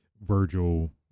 Virgil